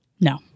No